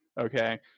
okay